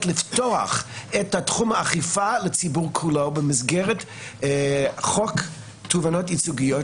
לפתוח את תחום האכיפה לציבור כולו במסגרת חוק תובענות ייצוגיות,